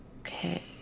Okay